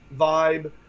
vibe